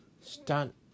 stunt